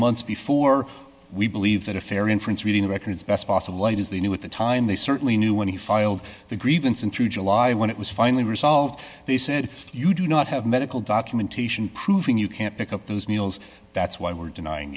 months before we believe that a fair inference reading records best possible light is they knew at the time they certainly knew when he filed the grievance and through july when it was finally resolved they said if you do not have medical documentation proving you can't pick up those meals that's why we're denying